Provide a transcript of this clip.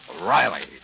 Riley